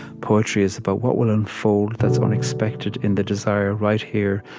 poetry is about what will unfold that's unexpected in the desire, right here,